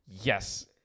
Yes